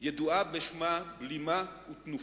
ידועה בשם "בלימה ותנופה".